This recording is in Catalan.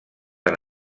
han